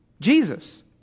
Jesus